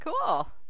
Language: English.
Cool